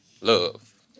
love